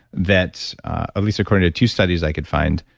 that at least according to two studies i could find,